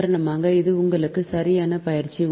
உதாரணமாக இது உங்களுக்கு சரியான பயிற்சி